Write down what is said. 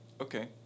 Okay